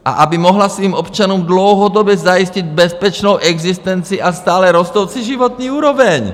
A aby mohla svým občanům dlouhodobě zajistit bezpečnou existenci a stále rostoucí životní úroveň!